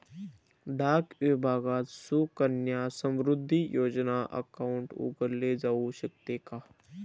डाक विभागात सुकन्या समृद्धी योजना अकाउंट उघडले जाऊ शकते का?